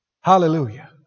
Hallelujah